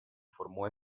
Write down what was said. formó